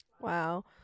Wow